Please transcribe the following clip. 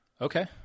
Okay